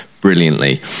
brilliantly